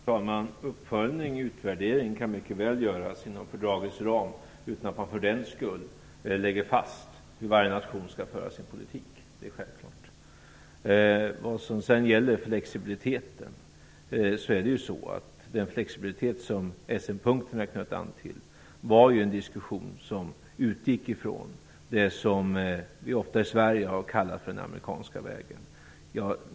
Fru talman! Uppföljning och utvärdering kan mycket väl göras inom fördragets ram utan att man för den skull lägger fast hur varje nation skall föra sin politik. Det är självklart. Den flexibilitet som SM-punkterna knöt an till var en diskussion som utgick från det som vi ofta i Sverige har kallat för den amerikanska vägen.